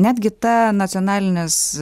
netgi ta nacionalinės